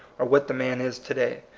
or what the man is to-day.